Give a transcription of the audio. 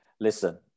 listen